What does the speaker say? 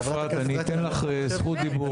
אפרת, אני אתן לך זכות דיבור.